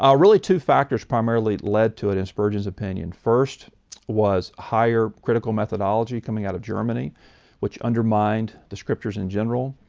ah really two factors primarily led to it, in spurgeon's opinion. first was higher critical methodology coming out of germany which undermined the scriptures in general,